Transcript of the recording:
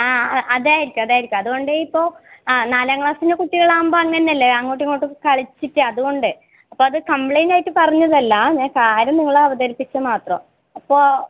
ആ അതായിരിക്കും അതായിരിക്കും അത് കൊണ്ട് ഇപ്പോൾ നാലാം ക്ളാസിലെ കുട്ടികളാകുമ്പോൾ അങ്ങനെ അല്ലേ അങ്ങോട്ടും ഇങ്ങോട്ടും ഒക്കെ കളിച്ചിട്ട് അതുകൊണ്ട് അപ്പൊൾ അത് കംപ്ലൈൻറ്റായിട്ട് പറഞ്ഞതല്ല ഞാൻ കാര്യം നിങ്ങളെ അവതരിപ്പിച്ചത് മാത്രം അപ്പോൾ